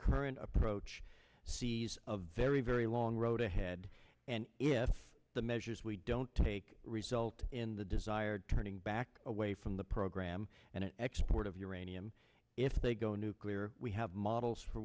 current approach sees a very very long road ahead and if the measures we don't take result in the desired turning back away from the program and export of uranium if the go nuclear we have models for